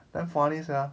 damn funny sia